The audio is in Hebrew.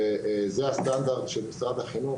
וזה הסטנדרט בו משרד החינוך